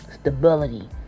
stability